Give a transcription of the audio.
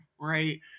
right